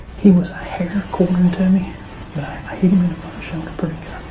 he was a hair quartering to me, but i hit him in the front shoulder pretty good.